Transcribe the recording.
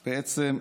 בעצם,